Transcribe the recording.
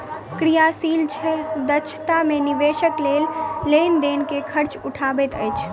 क्रियाशील दक्षता मे निवेशक लेन देन के खर्च उठबैत अछि